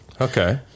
Okay